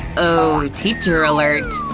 oh teacher alert!